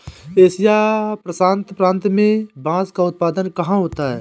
Asia प्रशांत प्रांत में बांस का उत्पादन कहाँ होता है?